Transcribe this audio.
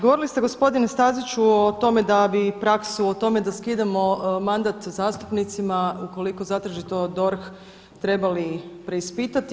Govorili ste gospodine Staziću o tome da bi praksu, o tome da skidamo mandat zastupnicima, ukoliko zatraži to DORH, trebali preispitati.